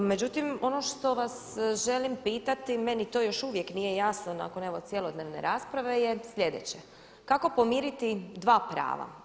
Međutim, ono što vas želim pitati, meni to još uvijek nije jasno nakon evo cjelodnevne rasprave je sljedeće, kako pomiriti dva prava.